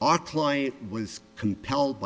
our client was compelled